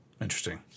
Interesting